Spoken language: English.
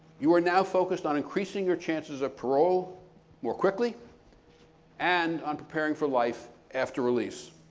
you are now focused on increasing your chances of parole more quickly and on preparing for life after release.